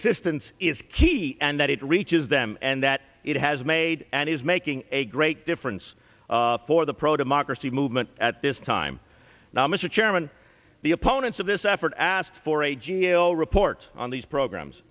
assistance is key and that it reaches them and that it has made and is making a great difference for the pro democracy movement at this time now mr chairman the opponents of this effort asked for a g a o report on these programs